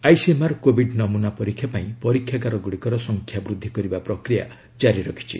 ICMR covid ନମ୍ଭନା ପରୀକ୍ଷା ପାଇଁ ପରୀକ୍ଷାଗାର ଗୁଡ଼ିକର ସଂଖ୍ୟା ବୃଦ୍ଧି କରିବା ପ୍ରକ୍ରିୟା କାରି ରଖିଛି